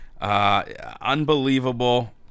Unbelievable